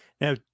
Now